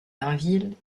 tinville